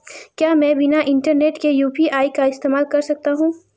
क्या मैं बिना इंटरनेट के यू.पी.आई का इस्तेमाल कर सकता हूं?